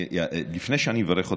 לפני שאני אברך אותה,